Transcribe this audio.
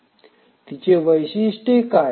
तिची वैशिष्ट्ये काय